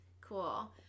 cool